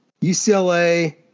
UCLA